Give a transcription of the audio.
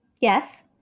Yes